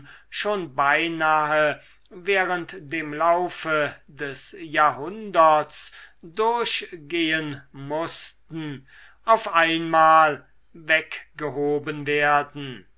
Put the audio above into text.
schon beinahe während dem laufe des jahrhunderts durchgehen mußten auf einmal weggehoben werden